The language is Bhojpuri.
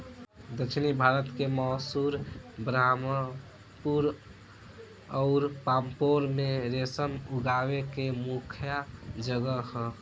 दक्षिण भारत के मैसूर, बरहामपुर अउर पांपोर में रेशम उगावे के मुख्या जगह ह